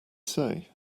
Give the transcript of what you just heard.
say